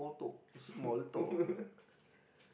small talk